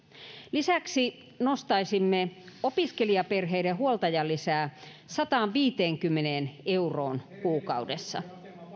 lisäksi nostaisimme opiskelijaperheiden huoltajalisää sataanviiteenkymmeneen euroon kuukaudessa